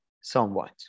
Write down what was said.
somewhat